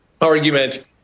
argument